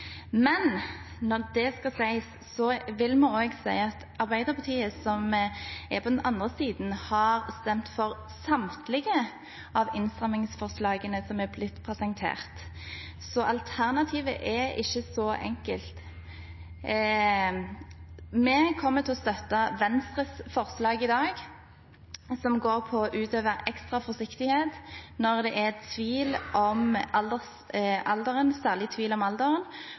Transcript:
Men når det er sagt, vil vi også si at Arbeiderpartiet – som er på den andre siden – har stemt for samtlige av innstramningsforslagene som er blitt presentert, så alternativet er ikke så enkelt. Vi kommer til å støtte Venstres forslag i dag, som går på å utøve ekstra forsiktighet når det er særlig tvil om